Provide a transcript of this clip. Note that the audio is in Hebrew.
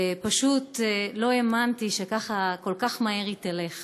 ופשוט לא האמנתי שככה, כל כך מהר היא תלך.